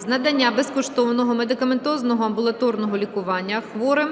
з надання безкоштовного медикаментозного амбулаторного лікування хворим